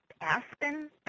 Aspen